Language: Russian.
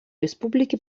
республики